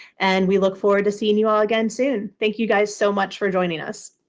and we look forward to seeing you all again soon. thank you guys so much for joining us.